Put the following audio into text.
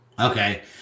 Okay